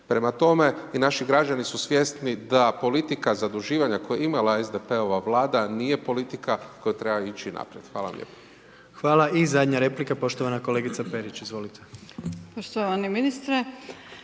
Prema tome i naši građani su svjesni, da politika zaduživanja koja je imala SDP-ova Vlada nije politika koja treba ići naprijed. Hvala vam lijepo. **Jandroković, Gordan (HDZ)** Hvala. I zadnja replika, poštovana kolegica Perić, izvolite.